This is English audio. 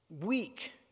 weak